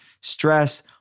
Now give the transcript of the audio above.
stress